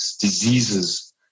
diseases